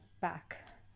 back